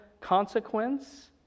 consequence